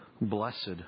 blessed